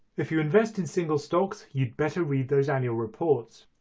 if you invest in single stocks you'd better read those annual reports.